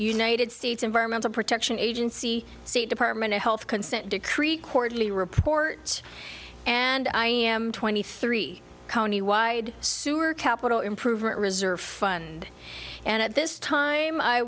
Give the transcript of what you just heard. united states environmental protection agency state department of health consent decree quarterly report and i am twenty three county wide sewer capital improvement reserve fund and at this time i